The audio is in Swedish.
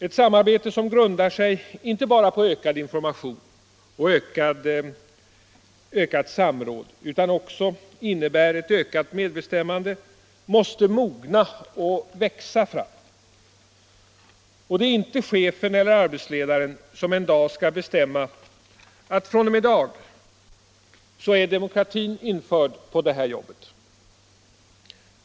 Ett samarbete som inte bara grundar sig på ökad information och ökat samråd utan också innebär ökat medbestämmande måste mogna och växa fram. Och det är inte chefen eller arbetsledaren som en dag skall bestämma att fr.o.m. i dag är demokratin införd på det här jobbet.